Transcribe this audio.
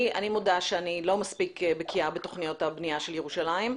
אני מודה שאני לא מספיק בקיאה בתכניות הבנייה של ירושלים,